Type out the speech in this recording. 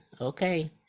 Okay